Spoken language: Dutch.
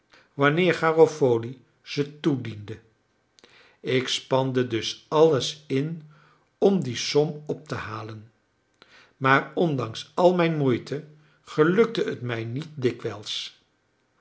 wanneer garofoli ze toediende ik spande dus alles in om die som op te halen maar ondanks al mijn moeite gelukte het mij niet dikwijls